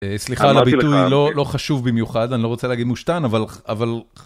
סליחה, הביטוי לא חשוב במיוחד, אני לא רוצה להגיד מושתן, אבל...